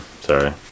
Sorry